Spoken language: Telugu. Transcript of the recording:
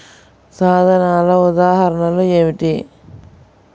సాధనాల ఉదాహరణలు ఏమిటీ?